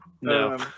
No